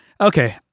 okay